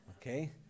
Okay